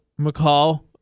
McCall